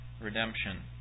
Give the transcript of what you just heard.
redemption